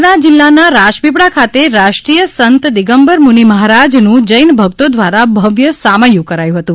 નર્મદા જિલ્લાના રાજપીપળા ખાતે રાષ્ટ્રીય સંત દિગંબરમૂનિ મહારાજનું જૈન ભક્તો દ્વારા ભવ્ય સામૈયું કરાયું હતું